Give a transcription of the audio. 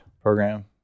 Program